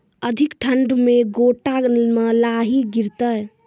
अधिक ठंड मे गोटा मे लाही गिरते?